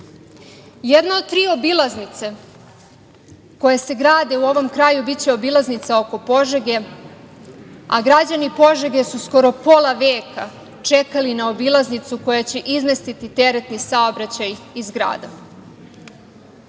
Jedna od tri obilaznice koje se grade u ovom kraju biće obilaznica oko Požege, a građani Požege su skoro pola veka čekali na obilaznicu koja će izmestiti teretni saobraćaj iz grada. Da